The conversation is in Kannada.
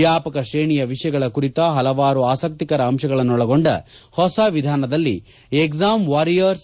ವ್ಯಾಪಕ ಶ್ರೇಣಿಯ ವಿಷಯಗಳ ಕುರಿತ ಹಲವಾರು ಆಸಕ್ತಿಕರ ಅಂಶಗಳನ್ನೊಳಗೊಂಡ ಹೊಸ ವಿಧಾನದಲ್ಲಿ ಎಕ್ಸಾಮ್ ವಾರಿಯರ್ಸ್